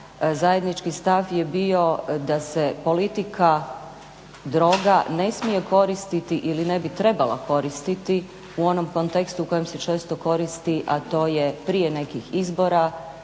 zajednički stav je bio da se politika droga ne smije koristiti ili ne bi trebala koristiti u onom kontekstu u kojem se često koristi, a to je prije nekih izbora